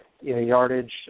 yardage